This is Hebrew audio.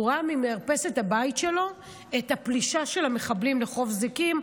והוא ראה ממרפסת הבית שלו את הפלישה של המחבלים לחוף זיקים,